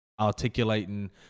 articulating